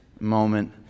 moment